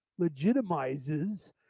legitimizes